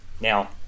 Now